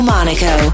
Monaco